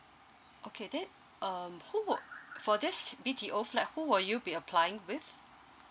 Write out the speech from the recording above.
okay then um who will for this B_T_O flap who will you be applying with